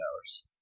hours